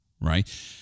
right